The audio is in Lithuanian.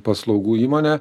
paslaugų įmonę